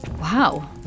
Wow